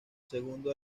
segundo